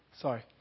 Sorry